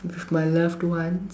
with my loved one